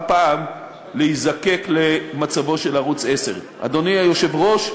פעם להידרש למצבו של ערוץ 10. אדוני היושב-ראש,